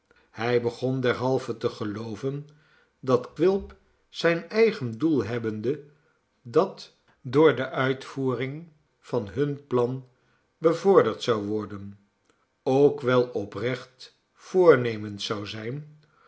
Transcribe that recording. hij begon derhalve te gelooven dat quilp zijn eigen doel hebbende dat door de uitvoering van hun plan bevorderd zou worden ook wel oprecht voornemens zou zijn